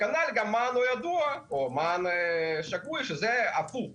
כנ"ל גם לגבי מען לא ידוע או מען שגוי, שזה הפוך.